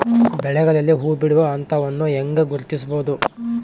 ಬೆಳೆಗಳಲ್ಲಿ ಹೂಬಿಡುವ ಹಂತವನ್ನು ಹೆಂಗ ಗುರ್ತಿಸಬೊದು?